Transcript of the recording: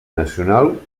nacional